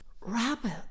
Rabbit